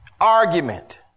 argument